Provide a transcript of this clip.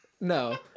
No